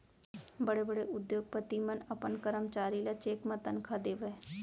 बड़े बड़े उद्योगपति मन अपन करमचारी ल चेक म तनखा देवय